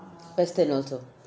western also